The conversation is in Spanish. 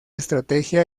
estrategia